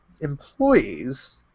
employees